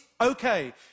okay